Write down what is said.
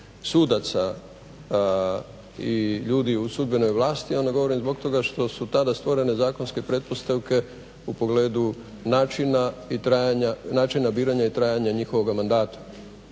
sudaca i ljudi u sudbenoj vlasti onda govorim zbog toga što su tada stvorene zakonske pretpostavke u pogledu načina i trajanja, načina biranja i trajanja njihovoga mandata